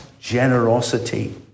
generosity